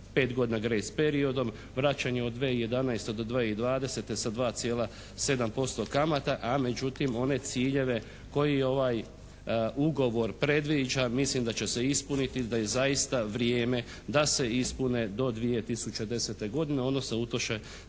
razumije./… periodom, vraćanje od 2011. do 2020. sa 2,7% kamata a međutim one ciljeve koji ovaj ugovor predviđa mislim da će se ispuniti, da je zaista vrijeme da se ispune do 2010. godine odnosno utroše